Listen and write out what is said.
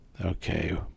Okay